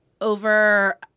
over